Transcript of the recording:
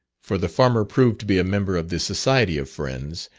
for the farmer proved to be a member of the society of friends,